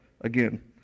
again